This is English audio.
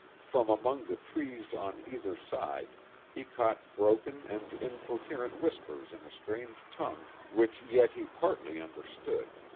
from among the trees on either side he caught broken and incoherent whispers in a strange tongue which yet he partly understood.